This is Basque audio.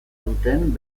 duten